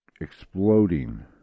exploding